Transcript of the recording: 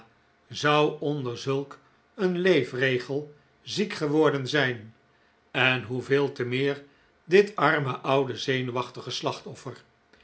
zou onder zulk een leefregel ziek geworden zijn en hoeveel te meer dit arme oude zenuwachtige slachtoffer